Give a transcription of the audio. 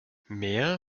mehr